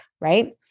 right